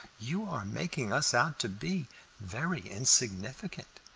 you are making us out to be very insignificant.